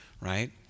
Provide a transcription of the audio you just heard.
right